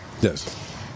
Yes